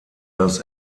das